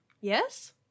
Yes